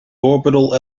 orbital